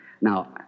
Now